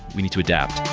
we need to adapt.